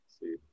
See